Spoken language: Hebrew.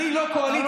איך זה יקרה, יואב?